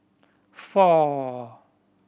four